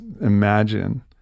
imagine